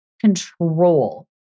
control